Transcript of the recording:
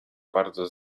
bardzo